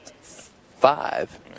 five